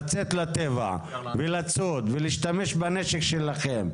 לצאת לטבע ולצוד ולהשתמש בנשק שלכם,